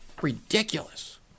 Ridiculous